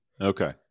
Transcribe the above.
Okay